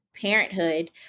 parenthood